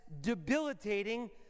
debilitating